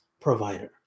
provider